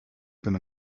been